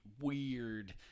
weird